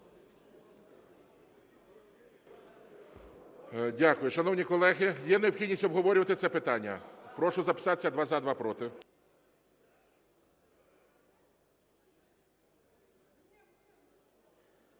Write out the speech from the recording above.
Дякую. Шановні колеги, є необхідність обговорювати це питання? Прошу записатися: два – за, два – проти.